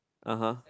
(uh huh)